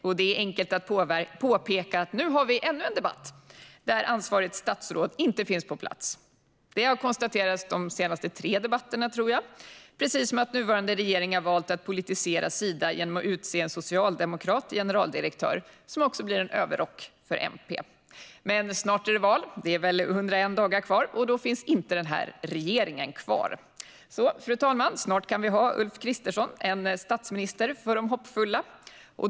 Och det är enkelt att påpeka att vi nu har ännu en debatt där ansvarigt statsråd inte finns på plats - det har konstaterats de senaste tre debatterna, tror jag - precis som det är enkelt att säga att nuvarande regering har valt att politisera Sida genom att utse en socialdemokrat till generaldirektör, som också blir en överrock för MP. Men snart är det val - det är väl 101 dagar kvar - och sedan finns inte denna regering kvar. Fru talman! Snart kan vi ha Ulf Kristersson som statsminister, en statsminister för de hoppfulla.